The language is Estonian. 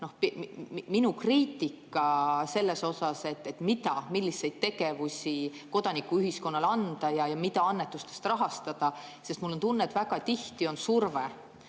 teinud kriitikat selle kohta, milliseid tegevusi kodanikuühiskonnale anda ja mida annetustest rahastada. Sest mul on tunne, et väga tihti on